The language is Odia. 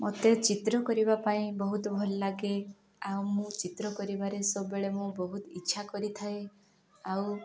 ମୋତେ ଚିତ୍ର କରିବା ପାଇଁ ବହୁତ ଭଲ ଲାଗେ ଆଉ ମୁଁ ଚିତ୍ର କରିବାରେ ସବୁବେଳେ ମୁଁ ବହୁତ ଇଚ୍ଛା କରିଥାଏ ଆଉ